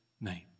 name